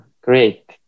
great